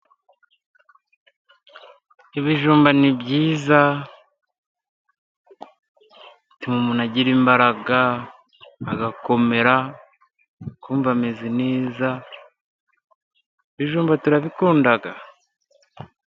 Ibijumba ni byiza, bituma umuntu agira imbaraga, agakomera, akumva ameze neza, ibijumba turabikunda.